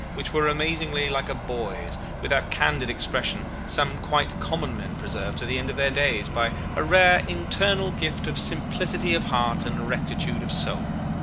which were amazingly like a boy's, with that candid expression some quite common men preserve to the end of their days by a rare internal gift of simplicity of heart and rectitude of soul.